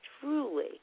truly